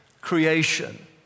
creation